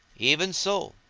even so,